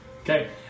Okay